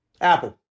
Apple